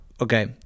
Okay